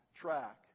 track